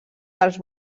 dels